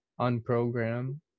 unprogram